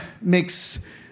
makes